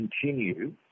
continue